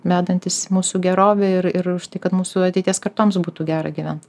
vedantis į mūsų gerovę ir ir už tai kad mūsų ateities kartoms būtų gera gyvent